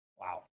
Wow